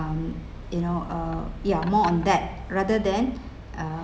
um you know uh ya more in that rather than uh